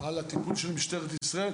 על הטיפול של משטרת ישראל,